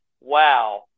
wow